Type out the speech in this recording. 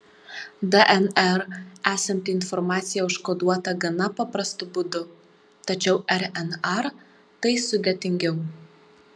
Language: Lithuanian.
dnr esanti informacija užkoduota gana paprastu būdu tačiau rnr tai sudėtingiau